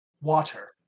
water